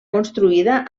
construïda